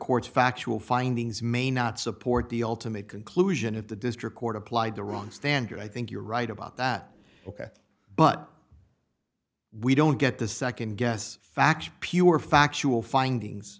courts factual findings may not support the ultimate conclusion of the district court applied the wrong standard i think you're right about that but we don't get to nd guess facts pure factual findings